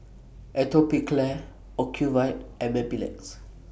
Atopiclair Ocuvite and Mepilex